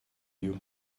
you